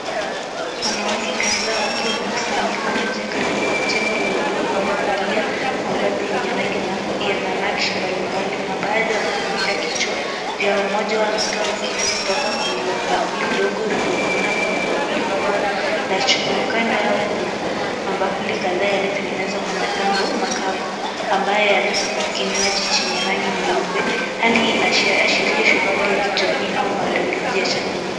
Wanawake kadhaa wakiwa wamekusanyika nje karibu na jengo la udongo wamevalia mavazi yenye rangi na yana nakshi mbalimbali na baadhi wamefunika vichwa vyao. Mmoja anatoa kitu kwenye bakuli ndogo na kumimina kwenye bakuli kubwa aka chuma.. Kando yao kuna mabakuli kadhaa yaliyotengenezwa kwa matango makavu ambayo yana kinywaji chenye rangi nyeupe. Hali hii inaashiria shughuli ya kijamii au maandalizi ya chakula.